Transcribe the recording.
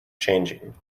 changing